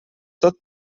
tot